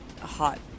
hot